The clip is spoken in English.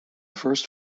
first